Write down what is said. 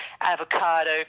avocado